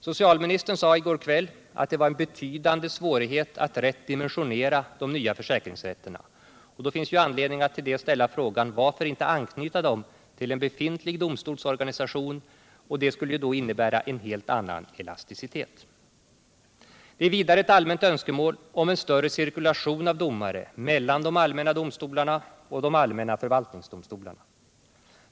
Socialministern sade i går kväll att det var en betydande svårighet att rätt dimensionera de nya försäkringsrätterna. Då finns det ju anledning att ställa frågan: Varför inte anknyta dem till en befintlig domstolsorganisation? Det skulle ju ge möjlighet till en helt annan elasticitet. Det finns vidare ett allmänt önskemål om en större cirkulation av domare mellan de allmänna domstolarna och de allmänna förvaltningsdomstolarna.